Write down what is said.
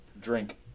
Drink